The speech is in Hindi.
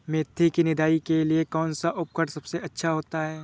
मेथी की निदाई के लिए कौन सा उपकरण सबसे अच्छा होता है?